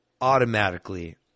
automatically